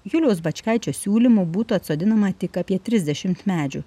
juliaus bačkaičio siūlymu būtų atsodinama tik apie trisdešimt medžių